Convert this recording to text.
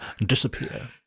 disappear